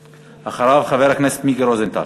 ואחריו, חבר הכנסת מיקי רוזנטל.